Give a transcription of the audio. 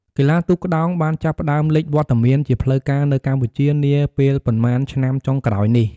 កីឡាទូកក្ដោងបានចាប់ផ្ដើមលេចវត្តមានជាផ្លូវការនៅកម្ពុជានាពេលប៉ុន្មានឆ្នាំចុងក្រោយនេះ។